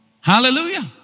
Hallelujah